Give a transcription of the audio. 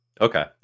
Okay